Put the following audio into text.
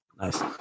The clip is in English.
Nice